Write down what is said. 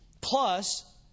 Plus